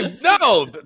no